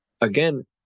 again